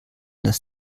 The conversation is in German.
das